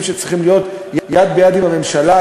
שצריכים להיעשות יד ביד עם הממשלה,